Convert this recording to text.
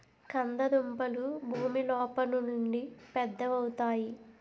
కంద దుంపలు భూమి లోపలుండి పెద్దవవుతాయి